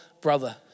brother